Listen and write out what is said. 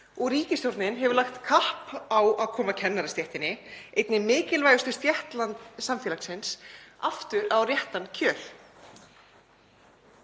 ríkisstjórnin hefur lagt kapp á að koma kennarastéttinni, einni mikilvægustu stétt samfélagsins, aftur á réttan kjöl.